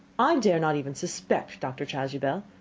i dare not even suspect, dr. chasuble.